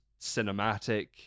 cinematic